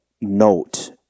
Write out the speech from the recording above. note